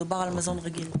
מדובר על מזון רגיל.